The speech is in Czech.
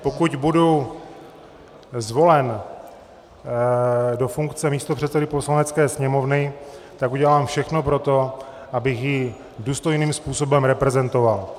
Pokud budu zvolen do funkce místopředsedy Poslanecké sněmovny, udělám všechno pro to, abych ji důstojným způsobem reprezentoval.